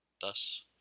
Thus